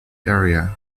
area